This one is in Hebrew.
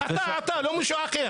אתה, לא מישהו אחר.